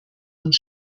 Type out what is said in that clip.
und